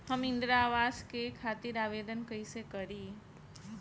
हम इंद्रा अवास के खातिर आवेदन कइसे करी?